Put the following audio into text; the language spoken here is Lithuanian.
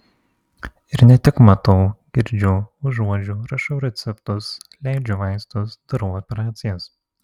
ir ne tik matau girdžiu užuodžiu rašau receptus leidžiu vaistus darau operacijas